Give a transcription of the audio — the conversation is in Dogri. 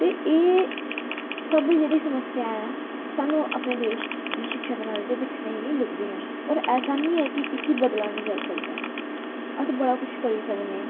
ते एह् सब जेह्ड़ी समस्या ऐ सानूं एह् जेह्ड़ी शिक्षा प्रणाली च दिक्खनै गी लभदियां न होर ऐसा निं ऐ की इसगी हदला निं जाई सकदा अस बड़ा कुछ करी सकने